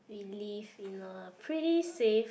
we live in a pretty safe